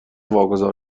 واگذار